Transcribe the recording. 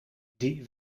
die